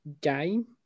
game